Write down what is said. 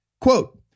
Quote